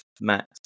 max